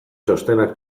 txostenak